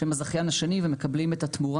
שהם הזכיין השני והם מקבלים את התמורה